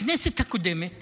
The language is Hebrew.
בכנסת הקודמת